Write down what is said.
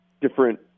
different